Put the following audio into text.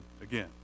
again